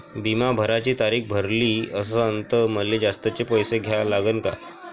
बिमा भराची तारीख भरली असनं त मले जास्तचे पैसे द्या लागन का?